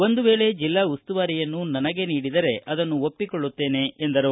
ಒಂದು ವೇಳೆ ಜಿಲ್ಲಾ ಉಸ್ತುವಾರಿ ನೀಡಿದರೆ ಆದನ್ನು ಒಪ್ಪಿಕೊಳ್ಟುತ್ತೇನೆ ಎಂದರು